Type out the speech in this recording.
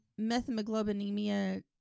methemoglobinemia